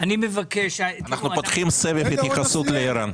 אנחנו פותחים סבב התייחסות לערן.